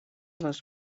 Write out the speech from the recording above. les